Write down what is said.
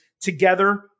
together